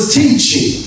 teaching